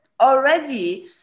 already